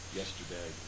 yesterday